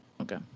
okay